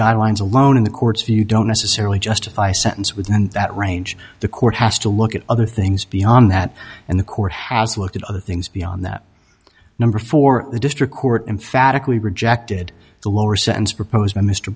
guidelines alone in the court's view don't necessarily justify sentence within that range the court has to look at other things beyond that and the court has looked at other things beyond that number for the district court emphatically rejected the lower sentence proposed